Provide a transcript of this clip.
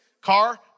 Car